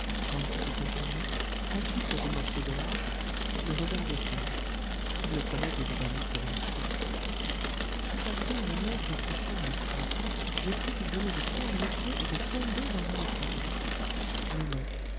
et ses compagnons assis sur des morceaux de lave le regardaient faire ils le prenaient évidemment pour un fou tout à coup mon oncle poussa un cri je crus qu'il venait de perdre pied et de tomber dans l'un des trois gouffres mais non